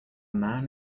man